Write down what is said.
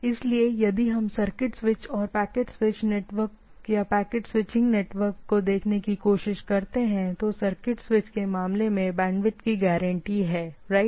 इसलिए यदि हम अब सर्किट स्विच्ड और पैकेट स्विच्ड नेटवर्क या पैकेट स्विचिंग नेटवर्क को देखने की कोशिश करते हैं ठीक इसलिए सर्किट स्विच के मामले में बैंडविड्थ की गारंटी है राइट